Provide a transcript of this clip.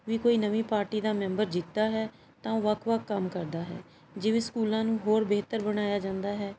ਵੀ ਕੋਈ ਨਵੀਂ ਪਾਰਟੀ ਦਾ ਮੈਂਬਰ ਜਿੱਤਦਾ ਹੈ ਤਾਂ ਉਹ ਵੱਖ ਵੱਖ ਕੰਮ ਕਰਦਾ ਹੈ ਜਿਵੇਂ ਸਕੂਲਾਂ ਨੂੰ ਹੋਰ ਬਿਹਤਰ ਬਣਾਇਆ ਜਾਂਦਾ ਹੈ